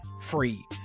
free